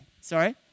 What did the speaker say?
sorry